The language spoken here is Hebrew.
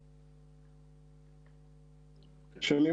בבקשה.